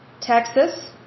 Texas